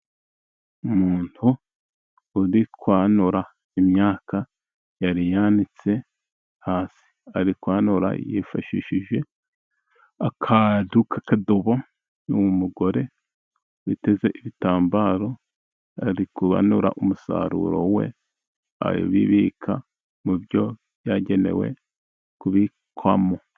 Umuntu uri kwanura imyaka yari yanitse hasi, ari kwanura yifashishije akantu k'akadobo, ni umugore witeze ibitambaro, ari kubanura umusaruro we abibika mu byo yagenewe kubikwamo.